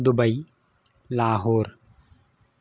Dubai Lahore